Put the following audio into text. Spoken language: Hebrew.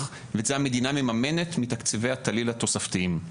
ואת זה המדינה מממנת מהתקציבים התוספתיים.